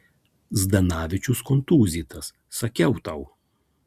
zdanavičius kontūzytas sakiau tau